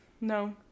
no